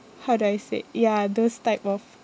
how do I say ya those type of